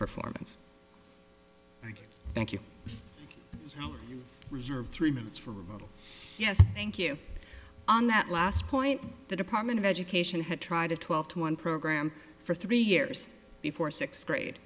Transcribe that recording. performance thank you for our reserve three minutes for yes thank you on that last point the department of education had tried a twelve to one program for three years before sixth grade